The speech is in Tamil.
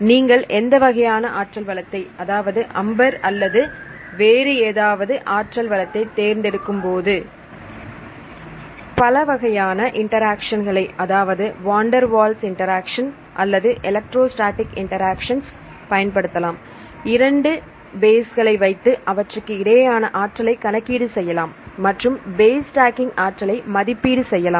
நீங்கள் எந்த வகையான ஆற்றல் வளத்தை அதாவது அம்பர் அல்லது வேறு ஏதாவது ஆற்றல் வளத்தை தேர்ந்தெடுக்கும்போது பல வகையான இன்டராக்சன் களை அதாவது வாண்டர் வால்ஸ் இன்டராக்சன் அல்லது எலக்ட்ரோஸ்டாடிக் இன்டராக்சன்ஸ் பயன்படுத்தலாம் மற்றும் இரண்டு பேஸ்களை வைத்து அவற்றுக்கு இடையேயான ஆற்றலை கணக்கீடு செய்யலாம் மற்றும் பேஸ் ஸ்டேக்கிங் ஆற்றலை மதிப்பீடு செய்யலாம்